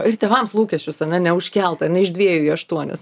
ir tėvams lūkesčius ane neužkelt ar ne iš dviejų į aštuonis